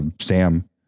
Sam